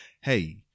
hey